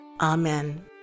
Amen